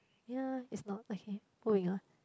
ya it's not okay moving on